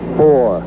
four